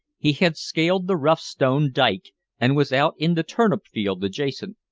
he had scaled the rough stone dyke and was out in the turnip-field adjacent.